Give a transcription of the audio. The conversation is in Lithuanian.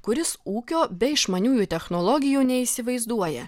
kuris ūkio be išmaniųjų technologijų neįsivaizduoja